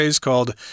called